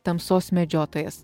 tamsos medžiotojas